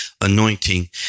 anointing